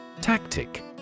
Tactic